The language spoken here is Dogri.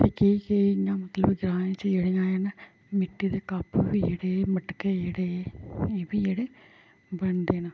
केह् केह् इ'यां मतलब ग्राएं च जेह्ड़ियां एह् न मिट्टी दे कप जेह्ड़े मटके जेह्ड़े एह् बी जेह्ड़े बनदे न